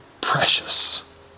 precious